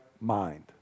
mind